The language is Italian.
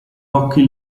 occhi